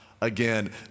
again